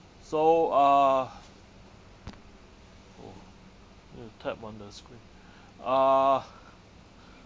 so uh oh need to tap on the screen uh